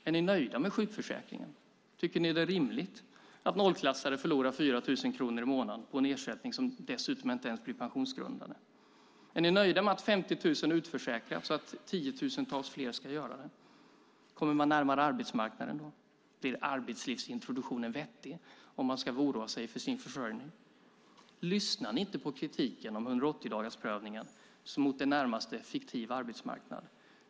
Är ni nöjda med sjukförsäkringen? Tycker ni att det är rimligt att nollklassade förlorar 4 000 kronor i månaden på en ersättning som dessutom inte ens blir pensionsgrundande? Är ni nöjda med att 50 000 är utförsäkrade och att tiotusentals fler kommer att bli det? Kommer de närmare arbetsmarknaden då? Blir arbetslivsintroduktionen vettig om de ska behöva oroa sig för sin försörjning? Lyssnar ni inte på kritiken om 180-dagarsprövningen mot en närmast fiktiv arbetsmarknad?